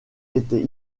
était